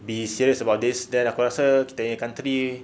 be serious about this then aku rasa kita nya country